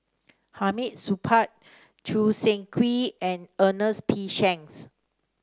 Hamid Supaat Choo Seng Quee and Ernest P Shanks